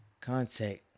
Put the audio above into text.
contact